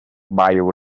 bayou